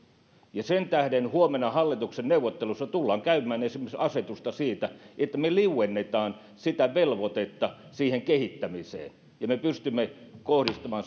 ja sen tähden huomenna hallituksen neuvottelussa tullaan käymään läpi esimerkiksi asetusta siitä että me liuennamme sitä velvoitetta siihen kehittämiseen ja me pystymme kohdistamaan